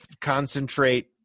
concentrate